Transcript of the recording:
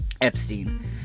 Epstein